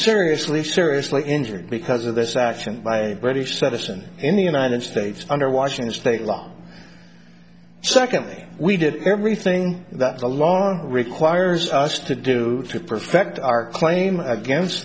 seriously seriously injured because of this action by a british citizen in the united states under washington state law secondly we did everything that the law requires us to do to perfect our claim against